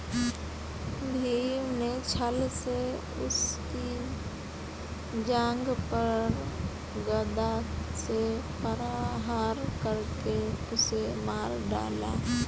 भीम ने छ्ल से उसकी जांघ पर गदा से प्रहार करके उसे मार डाला